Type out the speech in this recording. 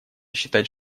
считать